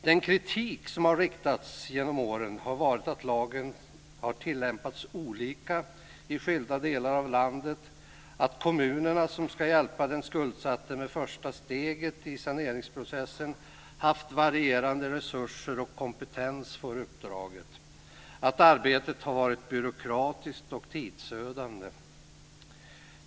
Den kritik som har riktats genom åren har gällt att lagen har tillämpats olika i skilda delar av landet och att kommunerna som ska hjälpa den skuldsatte med första steget i saneringsprocessen haft varierande resurser och kompetens för uppdraget. Arbetet har också varit byråkratiskt och tidsödande, har man ansett.